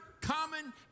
common